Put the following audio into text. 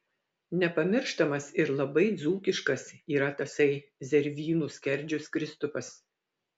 nepamirštamas ir labai dzūkiškas yra tasai zervynų skerdžius kristupas